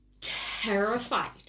terrified